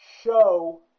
show